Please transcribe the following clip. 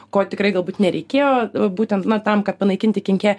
ko tikrai galbūt nereikėjo būtent na tam kad panaikinti kenkėją